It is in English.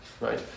right